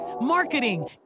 marketing